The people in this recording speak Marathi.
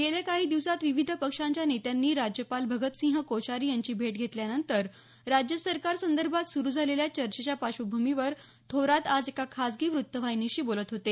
गेल्या काही दिवसांत विविध पक्षांच्या नेत्यांनी राज्यपाल भगतसिंह कोश्यारी यांची भेट घेतल्यानंतर राज्य सरकारसंदर्भात सुरू झालेल्या चर्चेच्या पार्श्वभूमीवर थोरात आज एका खासगी वृत्तवाहिनीशी बोलत होते